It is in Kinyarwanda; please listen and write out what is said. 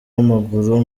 w’amaguru